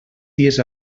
dies